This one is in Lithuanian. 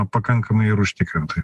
pakankamai ir užtikrintai